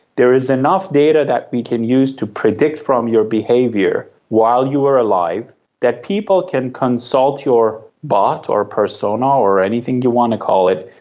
there is enough data that we can use to predict from your behaviour while you were alive that people can consult your bot or persona or anything you want to call it,